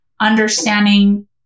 understanding